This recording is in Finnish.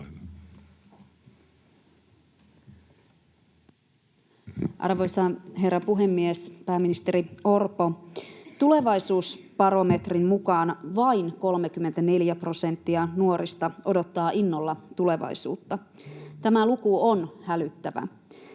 Arvoisa herra puhemies! Pääministeri Orpo, tulevaisuusbarometrin mukaan vain 34 prosenttia nuorista odottaa innolla tulevaisuutta. Tämä luku on hälyttävä.